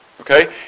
Okay